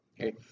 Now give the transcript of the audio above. okay